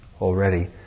already